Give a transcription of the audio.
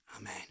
Amen